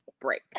break